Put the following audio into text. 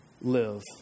live